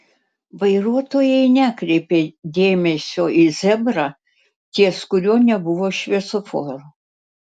vairuotojai nekreipė dėmesio į zebrą ties kuriuo nebuvo šviesoforo